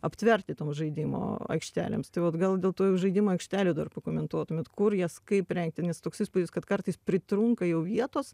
aptverti toms žaidimo aikštelėms tai vat gal dėl tų žaidimų aikštelių dar pakomentuotumėt kur jas kaip rengti nes toks įspūdis kad kartais pritrunka jau vietos